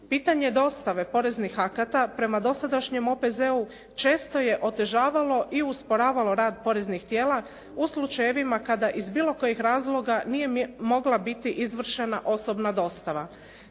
Pitanje dostave poreznih akata, prema dosadašnjem OPZ-u često je otežavalo i usporavalo rad poreznih tijela u slučajevima kada iz bilo kojih razloga nije mogla biti izvršena osobna dostava.